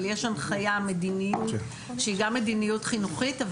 אבל יש הנחיה מדיניות שהיא גם מדיניות חינוכית,